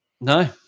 No